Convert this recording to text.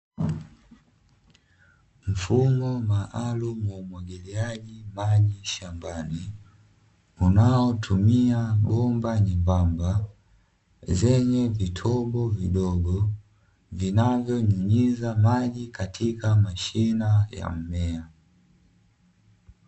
Mfumo maalumu wa umwagiliaji maji shambani, unaotumia bomba nyembamba zenye vitobo vidogo, vinavyonyunyiza maji katika mashina ya mmea.